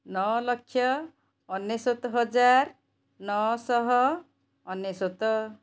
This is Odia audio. ନଅଲକ୍ଷ ଅନେଶତହଜାର ନଅଶହଅନେଶତ